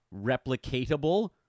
replicatable